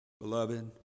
beloved